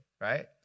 right